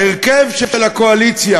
ההרכב של הקואליציה,